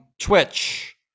Twitch